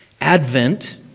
Advent